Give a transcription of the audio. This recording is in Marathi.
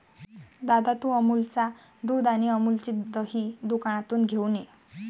दादा, तू अमूलच्या दुध आणि अमूलचे दही दुकानातून घेऊन ये